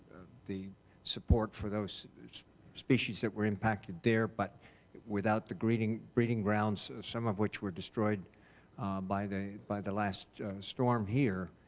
the support for those species that were impacted there but without the breeding breeding grounds, some of which were destroyed by the by the last storm here,